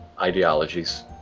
ideologies